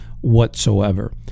whatsoever